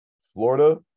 Florida